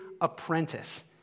apprentice